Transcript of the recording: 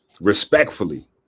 respectfully